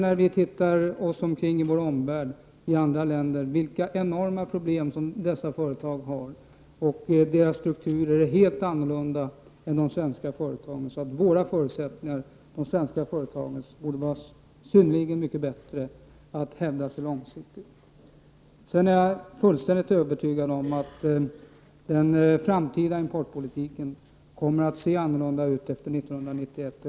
När vi tittar oss omkring i vår omvärld ser vi vilka enorma problem motsvarande företag i andra länder har. Strukturerna i dessa företag är helt annorlunda än strukturerna i de svenska. De svenska företagen borde alltså ha synnerligen mycket bättre förutsättningar att hävda sig långsiktigt. Jag är också fullständigt övertygad om att den framtida importpolitiken kommer att se annorlunda ut efter 1991.